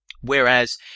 Whereas